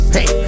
Hey